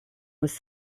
was